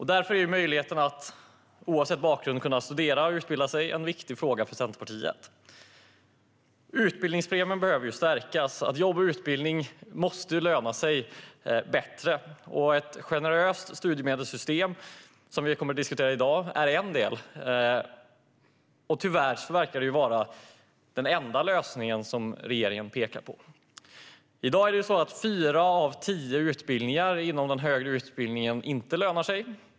Därför är möjligheten att oavsett bakgrund kunna studera och utbilda sig en viktig fråga för Centerpartiet. Utbildningspremien behöver stärkas, och jobb och utbildning måste löna sig bättre. Ett generöst studiemedelssystem, som vi kommer att diskutera i dag, är en del. Tyvärr verkar det vara den enda lösning regeringen pekar på. I dag lönar sig inte fyra av tio utbildningar inom den högre utbildningen.